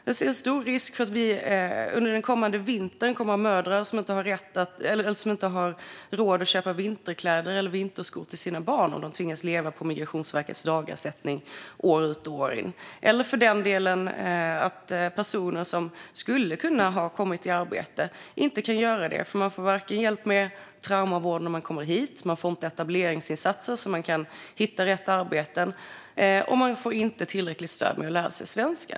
Jag ser stor risk för att vi kommande vinter kommer att ha mödrar som inte har råd att köpa vinterkläder eller vinterskor till sina barn om de tvingas leva på Migrationsverkets dagersättning år ut och år in. Dessutom skulle det kunna bli så att personer som hade kunnat komma i arbete inte kan göra det eftersom de varken får hjälp med traumavård när de kommer hit, etableringsinsatser så att de kan hitta rätt arbete eller tillräckligt stöd för att lära sig svenska.